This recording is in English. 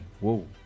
whoa